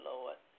Lord